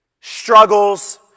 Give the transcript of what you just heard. struggles